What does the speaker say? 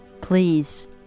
Please